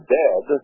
dead